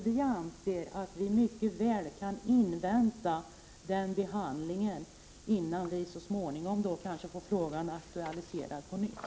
Vi anser att vi mycket väl kan invänta denna behandling innan vi så småningom kanske får frågan aktualiserad på nytt.